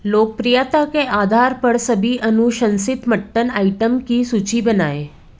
लोकप्रियता के आधार पर सभी अनुशंसित मट्टन आइटम की सूची बनाएँ